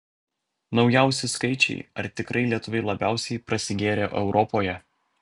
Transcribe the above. naujausi skaičiai ar tikrai lietuviai labiausiai prasigėrę europoje